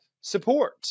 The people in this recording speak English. support